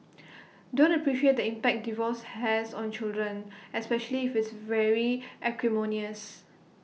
don't appreciate the impact divorce has on children especially if it's very acrimonious